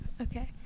Okay